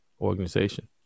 organization